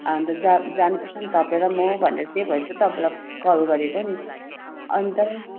अन्त जा जानु पर्छ नि तपाईँ र म भनेर त्यही भएर चाहिँ तपाईँलाई कल गरेको नि अन्त